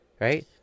right